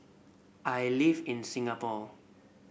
I live in Singapore